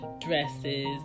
dresses